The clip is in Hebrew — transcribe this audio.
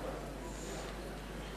(חברי הכנסת מכבדים בקימה את זכרו של